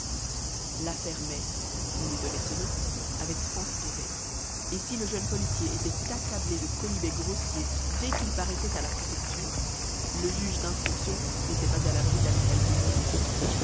l'affaire mai on lui donnait ce nom avait transpiré et si le jeune policier était accablé de quolibets grossiers dès qu'il paraissait à la préfecture le juge d'instruction n'était pas à l'abri d'amicales